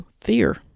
fear